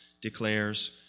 declares